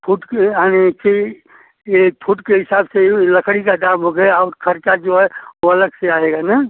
foot के आने कि यह फुट के हिसाब से ही लकड़ी का दाम हो गया और ख़र्च जो है वह अलग से आएगा ना